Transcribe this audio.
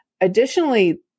Additionally